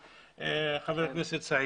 חבר הכנסת סעיד.